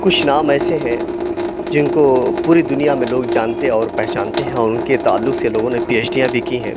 کچھ نام ایسے ہیں جن کو پوری دُنیا میں لوگ جانتے اور پہچانتے ہیں اور اُن کے تعلق سے لوگوں نے پی ایچ ڈی بھی کی ہیں